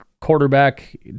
quarterback